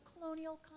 colonial